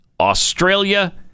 Australia